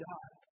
God